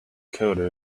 coder